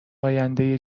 آینده